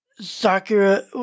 Sakura